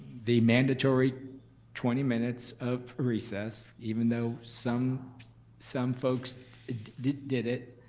the mandatory twenty minutes of recess, even though some some folks did did it,